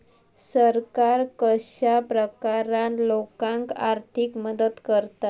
सरकार कश्या प्रकारान लोकांक आर्थिक मदत करता?